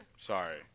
Sorry